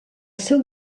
seu